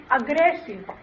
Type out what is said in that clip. aggressive